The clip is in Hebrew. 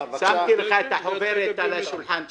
שמתי לך את החוברת על השולחן שלך.